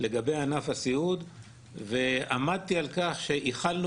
לגבי ענף הסיעוד ועמדתי על-כך שהכלנו